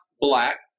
black